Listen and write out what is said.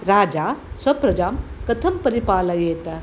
राजा स्वप्रजां कथं परिपालयेत्